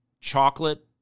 chocolate